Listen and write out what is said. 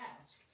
ask